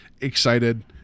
excited